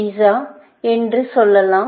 pizza குடிசை என்று சொல்லலாம்